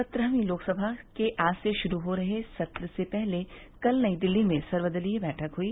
सत्रहवीं लोकसभा के आज से शुरू हो रहे सत्र से पहले कल नई दिल्ली में सर्वदलीय बैठक हुई